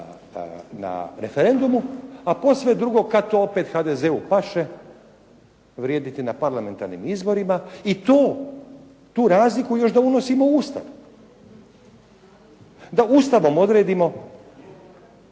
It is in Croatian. referendumu, a posve drugo kad to opet HDZ-u paše vrijediti na parlamentarnim izborima i tu razliku još da unosimo u Ustav, da Ustavom odredimo